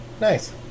Nice